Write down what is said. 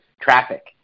traffic